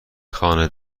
خانه